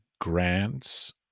grants